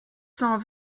cent